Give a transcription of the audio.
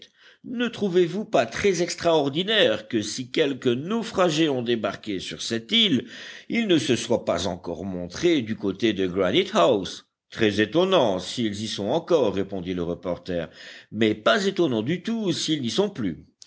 ne trouvez-vous pas très extraordinaire que si quelques naufragés ont débarqué sur cette île ils ne se soient pas encore montrés du côté de granite house très étonnant s'ils y sont encore répondit le reporter mais pas étonnant du tout s'ils n'y sont plus